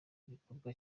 gikorwa